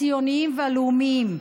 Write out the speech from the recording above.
הציוניים והלאומיים.